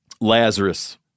Lazarus